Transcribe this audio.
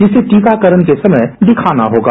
जिसे टीकाकरण के समय दिखाना होगा